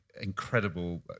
incredible